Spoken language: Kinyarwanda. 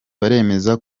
baremeza